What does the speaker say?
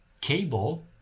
cable